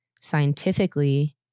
scientifically